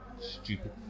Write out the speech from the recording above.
stupid